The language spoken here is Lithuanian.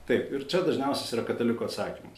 taip ir čia dažniausias yra katalikų atsakymas